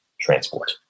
transport